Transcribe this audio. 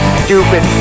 stupid